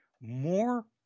more